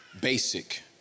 basic